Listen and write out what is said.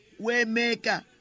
Waymaker